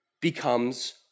becomes